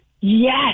Yes